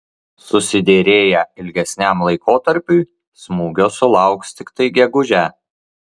susiderėję ilgesniam laikotarpiui smūgio sulauks tiktai gegužę